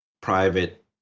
private